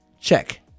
Check